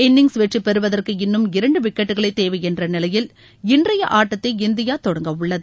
innings வெற்றிபெறுவதற்கு இன்னும் இரண்டு விக்கெட்டுகளே தேவை என்ற நிலையில் இன்றைய ஆட்டத்தை இந்தியா தொடங்க உள்ளது